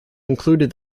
included